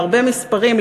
מהרבה מספרים,